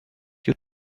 your